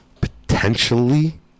potentially